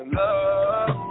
love